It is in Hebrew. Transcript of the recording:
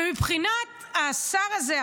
ומבחינת השר הזה,